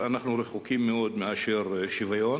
אנחנו רחוקים מאוד משוויון.